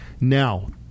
Now